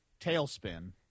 Tailspin